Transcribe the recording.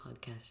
podcast